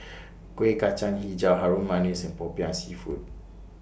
Kuih Kacang Hijau Harum Manis and Popiah Seafood